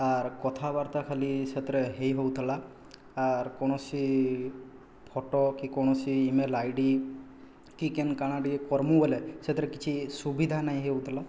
ଆର୍ କଥାବାର୍ତ୍ତା ଖାଲି ସେଥିରେ ହେଇ ହଉଥିଲା ଆର୍ କୌଣସି ଫଟୋ କି କୌଣସି ଇମେଲ୍ ଆଇ ଡ଼ି କି କେନ୍ କାଣା ଟିକେ କର୍ମୁ ବୋଲେ ସେଥିରେ କିଛି ସୁବିଧା ନାଇଁ ହେଉଥିଲା